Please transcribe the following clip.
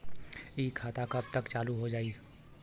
इ खाता कब तक चालू हो जाई?